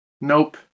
Nope